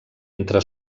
entre